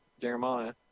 Jeremiah